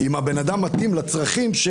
אם האדם מתאים לצרכים.